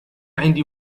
عندي